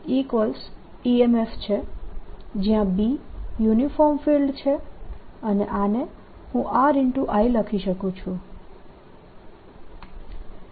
AEMF છે જયાં B uniform field છે અને આને હું R I લખી શકું છું